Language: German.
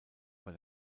bei